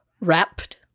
wrapped